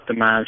optimized